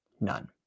None